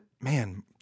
man